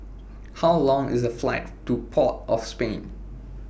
How Long IS A Flight to Port of Spain